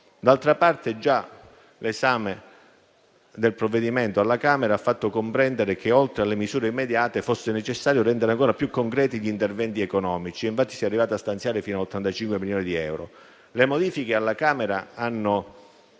D'altra parte, già l'esame del provvedimento alla Camera dei deputati ha fatto comprendere che, oltre alle misure immediate, fosse necessario rendere ancora più concreti gli interventi economici. Si è arrivati infatti a stanziare fino a 85 milioni di euro. Le modifiche alla Camera hanno